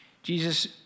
Jesus